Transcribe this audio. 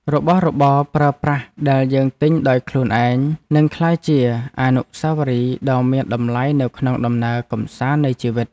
របស់របរប្រើប្រាស់ដែលយើងទិញដោយខ្លួនឯងនឹងក្លាយជាអនុស្សាវរីយ៍ដ៏មានតម្លៃនៅក្នុងដំណើរកម្សាន្តនៃជីវិត។